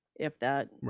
if that, right.